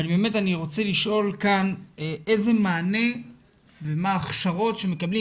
אני רוצה לשאול כאן איזה מענה ומה ההכשרות שמקבלים,